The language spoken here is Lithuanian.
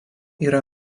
yra